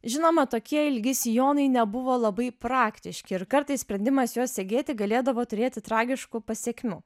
žinoma tokie ilgi sijonai nebuvo labai praktiški ir kartais sprendimas juos segėti galėdavo turėti tragiškų pasekmių